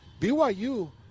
BYU